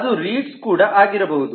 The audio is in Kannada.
ಅದು ರೀಡ್ಸ್ ಕೂಡ ಆಗಿರಬಹುದು